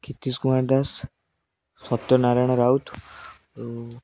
ପ୍ରତିଶ Kumar Das Satya Narayan Rout ଓ